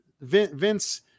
Vince